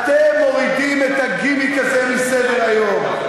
אתם, מורידים את הגימיק הזה מסדר-היום.